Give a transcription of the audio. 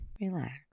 relax